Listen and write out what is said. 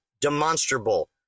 demonstrable